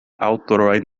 aŭtoroj